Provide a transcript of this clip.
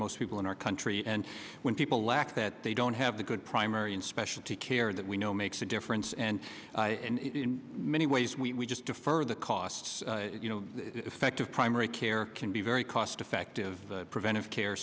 most people in our country and when people lack that they don't have the good primary and specialty care that we know makes a difference and in many ways we just defer the costs you know effective primary care can be very cost effective preventive care